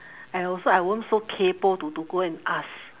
I also I won't so kaypoh to to go and ask